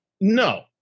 No